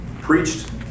preached